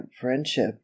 friendship